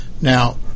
Now